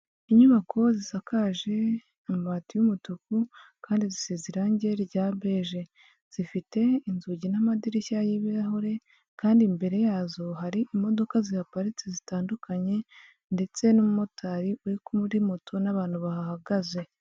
Inyubako zisakaje amabati y'umutuku kandi zisize irange rya beje, zifite inzugi n'amadirishya y'ibirahure kandi imbere yazo hari imodoka zihaparitse zitandukanye ndetse n'umumotari uri kuri moto n'abantu bahahagaze.